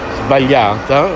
sbagliata